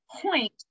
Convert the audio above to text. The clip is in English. point